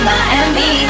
Miami